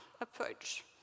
approach